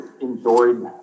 enjoyed